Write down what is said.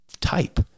type